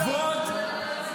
כבוד -- לא נבחרת, לא נבחרת.